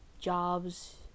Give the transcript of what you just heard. jobs